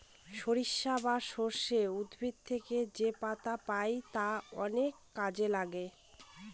সরিষা বা সর্ষে উদ্ভিদ থেকে যেপাতা পাই তা অনেক কাজে লাগে